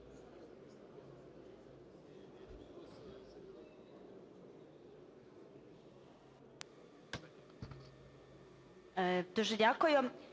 Дякую.